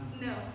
No